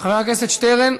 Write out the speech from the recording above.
חבר הכנסת שטרן?